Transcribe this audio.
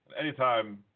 Anytime